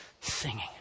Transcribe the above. singing